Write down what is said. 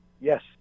Yes